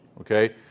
okay